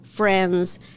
friends